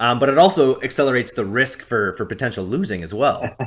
um but it also accelerates the risk for for potential losing as well.